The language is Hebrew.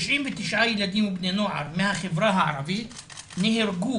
99 ילדים ובני נוער מהחברה הערבית נהרגו